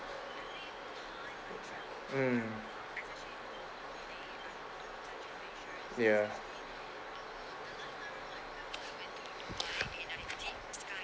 mm ya